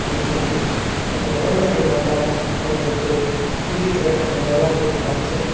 அப்படின்னு சொல்லி எங்கள் உறவினர்கள் வந்தாலும் அவர்களுக்கு புதிய திரைப்படங்களை எல்லாம் போட்டு காமிச்சு